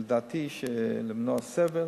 לדעתי, למנוע סבל.